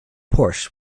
porsche